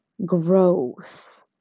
growth